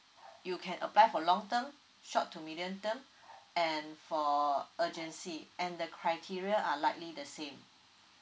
you can apply for long term short to medium term and for urgency and the criteria are likely the same